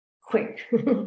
quick